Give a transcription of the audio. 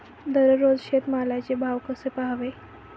दररोज शेतमालाचे भाव कसे पहावे?